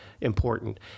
important